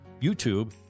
YouTube